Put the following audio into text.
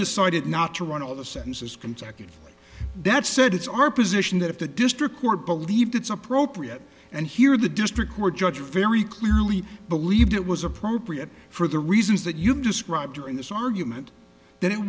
decided not to run all the sentences consecutive that said it's our position that if the district court believed it's appropriate and here the district court judge very clearly believed it was appropriate for the reasons that you've described during this argument that it